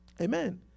Amen